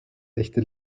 echte